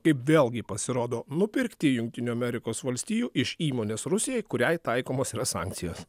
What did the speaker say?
kaip vėlgi pasirodo nupirkti jungtinių amerikos valstijų iš įmonės rusijai kuriai taikomos sankcijos